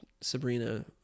Sabrina